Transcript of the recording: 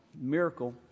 miracle